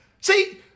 See